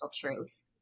truth